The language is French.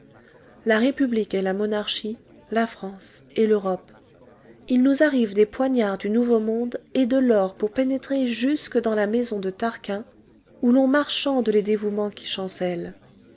la république et la monarchie la france et l'europe il nous arrive des poignards du nouveau monde et de l'or pour pénétrer jusque dans la maison de tarquin où l'on marchande les dévouements qui chancellent